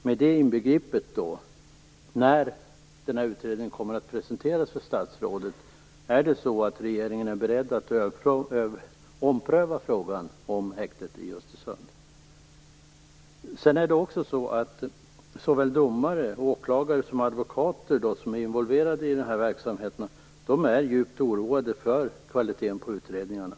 Med detta inbegripet: Är regeringen beredd att ompröva frågan om häktet i Östersund när utredningen kommer att presenteras för statsrådet? Såväl domare och åklagare som advokater som är involverade i verksamheten är djupt oroade över kvaliteten på utredningarna.